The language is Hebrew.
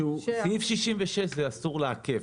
סעיף 66, זה אסור לעכב.